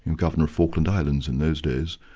and governor of falkland islands in those days,